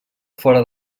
fora